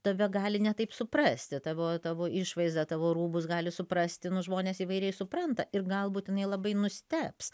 tave gali ne taip suprasti tavo tavo išvaizdą tavo rūbus gali suprasti nu žmonės įvairiai supranta ir galbūt jinai labai nustebs